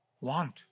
want